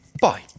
bye